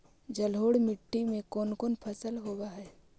जलोढ़ मट्टी में कोन कोन फसल होब है?